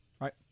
right